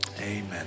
amen